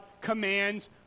commands